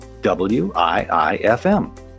WIIFM